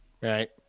Right